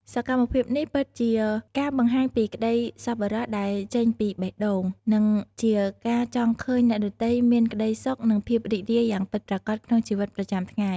សកម្មភាពនេះពិតជាការបង្ហាញពីក្តីសប្បុរសដែលចេញពីបេះដូង និងជាការចង់ឃើញអ្នកដទៃមានក្តីសុខនិងភាពរីករាយយ៉ាងពិតប្រាកដក្នុងជីវិតប្រចាំថ្ងៃ។